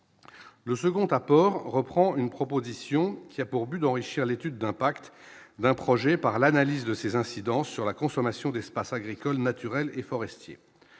Le second apport reprend une proposition qui a pour but d'enrichir l'étude d'impact d'un projet par l'analyse de ses incidences sur la consommation d'espace agricole naturel, les forestiers,